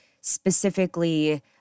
specifically